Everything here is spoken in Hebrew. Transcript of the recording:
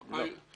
לא.